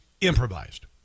improvised